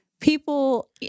people